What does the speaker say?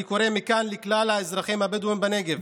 אני קורא מכאן לכלל האזרחים הבדואים בנגב